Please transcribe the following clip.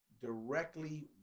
directly